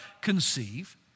conceive